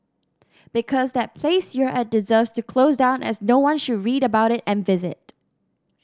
because that place you're at deserves to close down as no one should read about it and visit